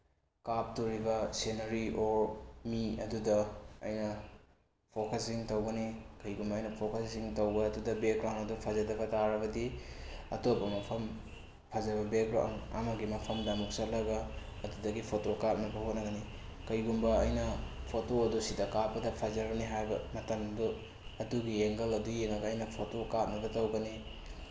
ꯀꯥꯞꯇꯣꯔꯤꯕ scenery or ꯃꯤ ꯑꯗꯨꯗ ꯑꯩꯅ ꯐꯣꯀꯁꯤꯡ ꯇꯧꯒꯅꯤ ꯀꯩꯒꯨꯝꯕ ꯑꯩꯅ ꯐꯣꯀꯁꯤꯡ ꯇꯧꯕ ꯑꯗꯨꯗ ꯕꯦꯛꯒ꯭ꯔꯥꯎꯟꯗꯨ ꯐꯖꯗꯕ ꯇꯥꯔꯕꯗꯤ ꯑꯇꯣꯞꯄ ꯃꯐꯝ ꯐꯖꯕ ꯕꯦꯛꯒ꯭ꯔꯥꯎꯟ ꯑꯃꯒꯤ ꯃꯐꯝꯗ ꯑꯃꯨꯛ ꯆꯠꯂꯒ ꯑꯗꯨꯗꯒꯤ ꯐꯣꯇꯣ ꯀꯥꯞꯅꯕ ꯍꯣꯠꯅꯒꯅꯤ ꯀꯩꯒꯨꯝꯕ ꯑꯩꯅ ꯐꯣꯇꯣ ꯑꯗꯨ ꯁꯤꯗ ꯀꯥꯞꯄꯗ ꯐꯖꯔꯅꯤ ꯍꯥꯏꯕ ꯃꯇꯝꯗꯨ ꯑꯗꯨꯒꯤ ꯑꯦꯡꯒꯜ ꯑꯗꯨ ꯌꯦꯡꯉꯒ ꯑꯩꯅ ꯐꯣꯇꯣ ꯀꯥꯞꯅꯕ ꯇꯧꯒꯅꯤ